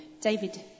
David